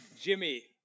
Jimmy